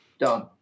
done